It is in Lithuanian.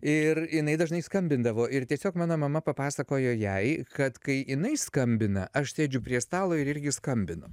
ir jinai dažnai skambindavo ir tiesiog mano mama papasakojo jai kad kai jinai skambina aš sėdžiu prie stalo ir irgi skambinu